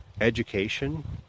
education